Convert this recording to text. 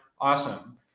awesome